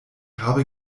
habe